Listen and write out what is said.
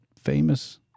famous